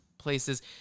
places